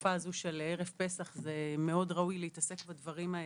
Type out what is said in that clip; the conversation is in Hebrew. בתקופה הזו שלפני ערב פסח מאוד ראוי להתעסק בדברים האלה.